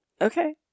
Okay